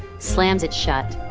slams it shut.